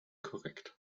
korrekt